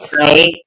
right